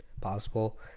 possible